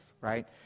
right